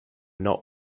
not